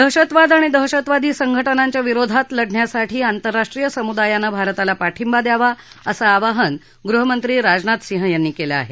दहशतवाद आणि दहशतवादी संघटनांच्या विरोधात लढण्यासाठी आंतरराष्ट्रीय समुदायानं भारताला पाठिंबा द्यावा असं आवाहन गृहमंत्री राजनाथ सिंह यांनी केलं आहे